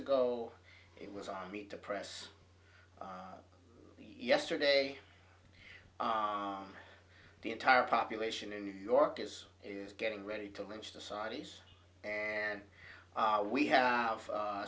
ago it was on meet the press yesterday the entire population in new york is getting ready to lynch the saudis and we have a